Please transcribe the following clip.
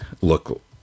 look